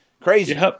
Crazy